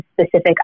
specific